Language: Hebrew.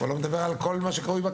אני לא מדבר על כל מה שבכנסת,